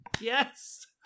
Yes